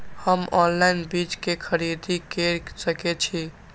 हम ऑनलाइन बीज के खरीदी केर सके छी?